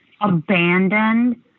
abandoned